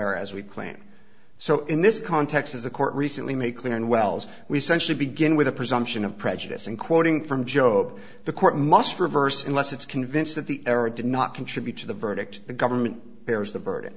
or as we claim so in this context as the court recently made clear and wells we said should begin with a presumption of prejudice and quoting from job the court must reverse unless it's convinced that the error did not contribute to the verdict the government bears the burd